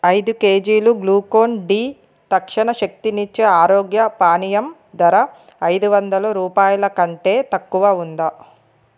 ఐదు కేజీలు గ్లూకోన్డి తక్షణ శక్తినిచ్చే ఆరోగ్య పానీయం ధర ఐదు వందలు రూపాయలకంటే తక్కువ ఉందా